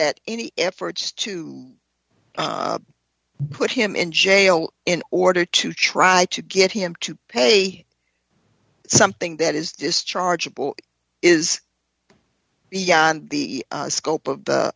that any efforts to put him in jail in order to try to get him to pay something that is dischargeable is beyond the scope of the